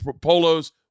polos